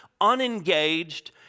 unengaged